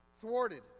thwarted